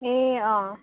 ए अँ